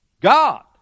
God